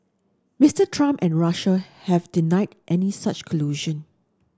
Mister Trump and Russia have denied any such collusion